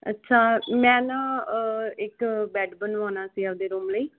ਅੱਛਾ ਮੈਂ ਨਾ ਇੱਕ ਬੈਡ ਬਨਵਾਣਾ ਸੀ ਆਪਦੇ ਰੂਮ ਲਈ